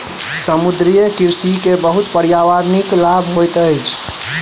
समुद्रीय कृषि के बहुत पर्यावरणिक लाभ होइत अछि